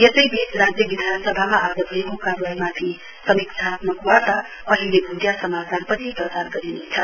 यसैबीच राज्य विधानसभामा आज भएको कारवाईमाथि समीक्षात्मक वार्ता अहिले भुटिया समाचारपछि प्रसार गरिनेछ